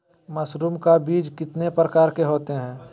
Mushroom का बीज कितने प्रकार के होते है?